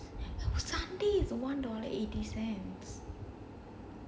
sunday is one dollar eighty cents